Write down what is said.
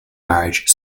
marriage